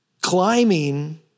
Climbing